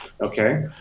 Okay